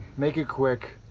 make it quick.